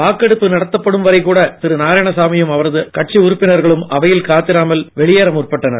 வாக்கெடுப்பு நடத்தப்படும் வரை கூட திரு நாராயணசாமியும் அவரது கட்சி உறுப்பினர்களும் அவையில் இல்லாமல் வெளியேற முற்பட்டனர்